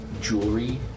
jewelry